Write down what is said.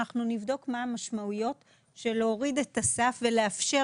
שאנחנו נבדוק מה המשמעויות להוריד את הסף ולאפשר